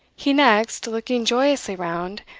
he next, looking joyously round,